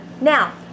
Now